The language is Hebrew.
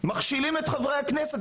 מכשילים את חברי הכנסת,